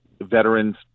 veterans